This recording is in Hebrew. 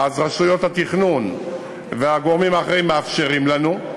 רשויות התכנון והגורמים האחרים מאפשרים לנו,